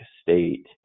state